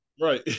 right